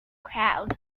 crowd